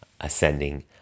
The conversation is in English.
ascending